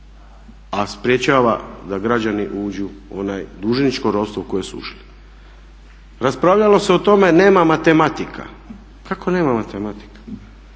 a sprečava da građani uđu u ono dužničko ropstvo u koje su ušli. Raspravljalo se o tome nema matematika. Kako nema matematika?